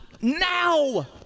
now